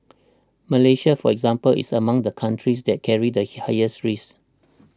Malaysia for example is among the countries that carry the highest risk